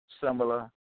similar